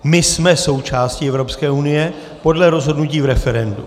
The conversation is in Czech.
My jsme součástí Evropské unie podle rozhodnutí v referendu.